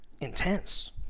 intense